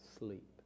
sleep